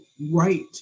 right